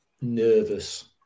nervous